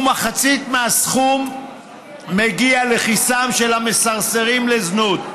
ומחצית מהסכום מגיע לכיסם של המסרסרים לזנות.